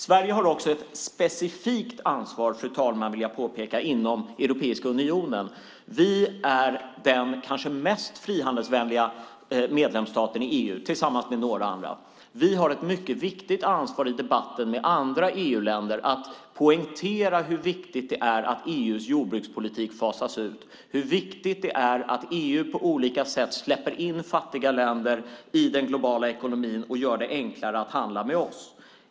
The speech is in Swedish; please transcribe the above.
Sverige har också ett specifikt ansvar inom Europeiska unionen. Vi är en av de mest frihandelsvänliga medlemsstaterna i EU. Vi har ett viktigt ansvar i debatten med andra EU-länder att poängtera hur viktigt det är att EU:s jordbrukspolitik fasas ut och hur viktigt det är att EU på olika sätt släpper in fattiga länder i den globala ekonomin och gör det enklare för dem att handla med oss.